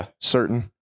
certain